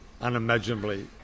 unimaginably